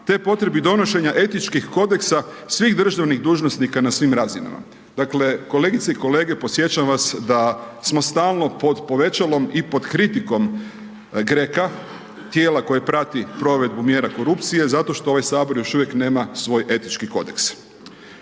te potrebi donošenja etičkih kodeksa, svih državnih dužnosnika, na svim razinama. Dakle, kolegice i kolege podsjećam vas da smo stalno pod povećalom i pod kritikom GREKA, tijela koje prati provedbu mjera korupcije, zato što ovaj Sabor još uvijek nema svoj etički kodeks.